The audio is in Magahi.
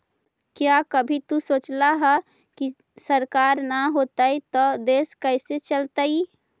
क्या कभी तु सोचला है, की सरकार ना होतई ता देश कैसे चलतइ